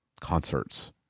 concerts